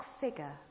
figure